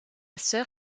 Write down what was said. sœur